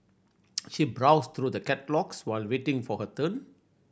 she browsed through the catalogues while waiting for her turn